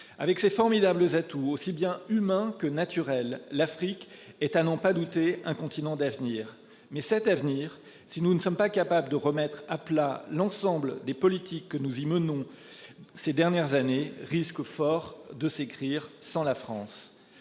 avec ces formidables atouts aussi bien humains que naturel, l'Afrique est à n'en pas douter un continent d'avenir mais cet avenir. Si nous ne sommes pas capables de remettre à plat l'ensemble des politiques que nous y menons. Ces dernières années, risque fort de s'écrire sans la France